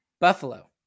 Buffalo